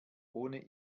ohne